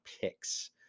picks